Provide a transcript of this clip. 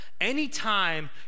Anytime